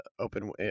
Open